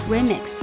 Remix